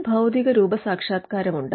ഒരു ഭൌതികരൂപസാക്ഷാത്ക്കാരം ഉണ്ട്